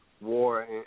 war